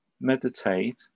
meditate